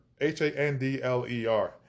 H-A-N-D-L-E-R